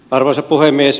arvoisa puhemies